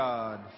God